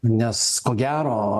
nes ko gero